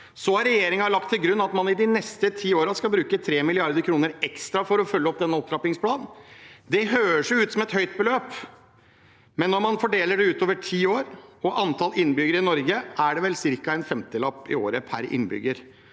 Regjeringen har lagt til grunn at man de neste ti årene skal bruke 3 mrd. kr ekstra for å følge opp denne opptrappingsplanen. Det høres ut som et høyt beløp, men når man fordeler det på ti år og antallet innbyggere i Norge, er det ca. en femtilapp i året per innbygger.